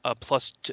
plus